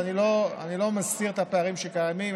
ואני לא מסתיר את הפערים שקיימים.